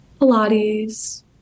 Pilates